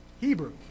Hebrew